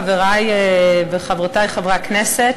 חברי וחברותי חברי הכנסת,